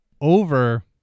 over